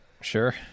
Sure